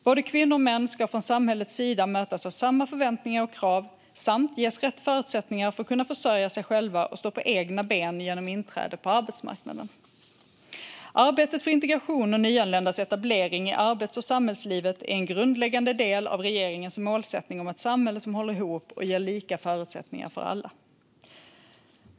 Både kvinnor och män ska från samhällets sida mötas av samma förväntningar och krav samt ges rätt förutsättningar för att kunna försörja sig själva och stå på egna ben genom inträde på arbetsmarknaden. Arbetet för integration och nyanländas etablering i arbets och samhällslivet är en grundläggande del av regeringens målsättning om ett samhälle som håller ihop och ger lika förutsättningar för alla.